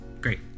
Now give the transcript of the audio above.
Great